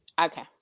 Okay